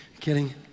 kidding